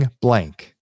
blank